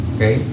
Okay